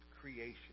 creation